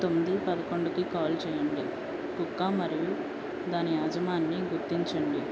తొమ్మిది పదకొండుకి కాల్ చేయండి కుక్క మరియు దాని యజమానిని గుర్తించండి